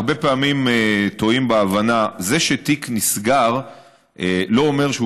הרבה פעמים טועים בהבנה: זה שתיק נסגר לא אומר שהוא